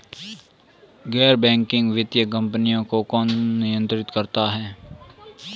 गैर बैंकिंग वित्तीय कंपनियों को कौन नियंत्रित करता है?